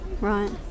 right